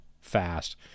fast